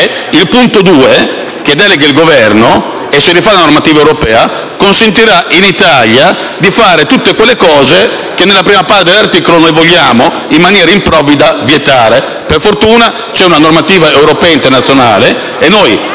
articolo, che delega il Governo rifacendosi alla normativa europea, consentirà all'Italia di fare tutte quelle cose che nella prima parte dell'articolo noi vogliamo, in maniera improvvida, vietare. Per fortuna, ci sono normative europee ed internazionali e con